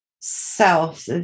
self